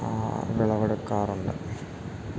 ആ വിളവെടുക്കാറുണ്ട്